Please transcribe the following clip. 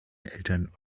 eltern